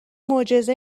معجزه